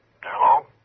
Hello